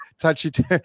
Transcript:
touchy